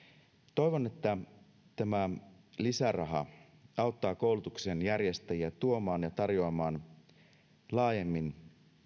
toivon että tämä lisäraha auttaa koulutuksen järjestäjiä tuomaan ja tarjoamaan laajemmin